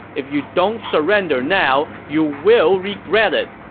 if you don't surrender now, you will regret it.